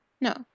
No